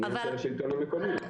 זה עניין של השלטון המקומי.